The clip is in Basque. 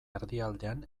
erdialdean